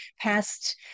past